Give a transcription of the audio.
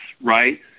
Right